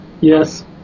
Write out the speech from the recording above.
Yes